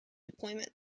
deployment